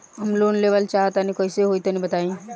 हम लोन लेवल चाहऽ तनि कइसे होई तनि बताई?